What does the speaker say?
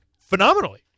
phenomenally